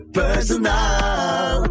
personal